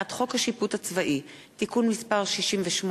הצעת חוק השיפוט הצבאי (תיקון מס' 68)